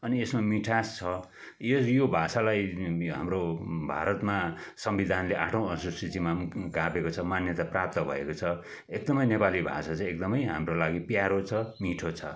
अनि यसमा मिठास छ यो यो भाषालाई हाम्रो भारतमा संविधानले आठौँ अनुसुचीमा गाभेको छ मान्यता प्राप्त भएको छ एकदमै नेपाली भाषा चाहिँ एकदमै हाम्रो लागि प्यारो छ मिठो छ